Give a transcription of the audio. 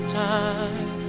time